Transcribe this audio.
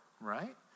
right